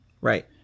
Right